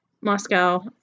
Moscow